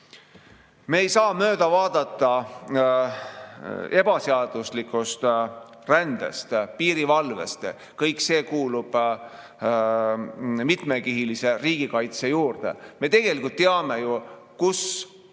Me ei saa mööda vaadata ebaseaduslikust rändest, piirivalvest – kõik see kuulub mitmekihilise riigikaitse juurde. Me teame ju, kus olid